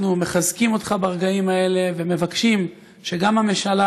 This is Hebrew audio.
אנחנו מחזקים אותך ברגעים האלה ומבקשים שגם הממשלה